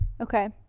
Okay